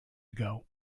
ago